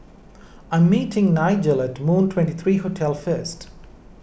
I'm meeting Nigel at Moon twenty three Hotel first